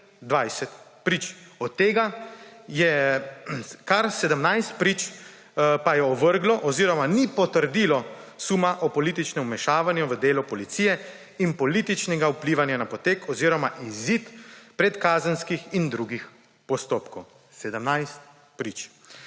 od tega je kar 17 prič ovrglo oziroma ni potrdilo suma o političnem vmešavanju v delo policije in političnega vplivanja na potek oziroma izid predkazenskih in drugih postopkov. 17 prič.